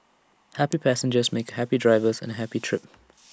happy passengers make happy drivers and A happy trip